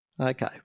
Okay